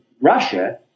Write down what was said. Russia